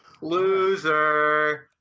Loser